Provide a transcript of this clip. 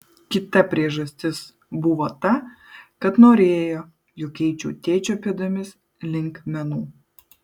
kita priežastis buvo ta kad norėjo jog eičiau tėčio pėdomis link menų